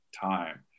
time